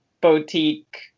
boutique